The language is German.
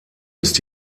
ist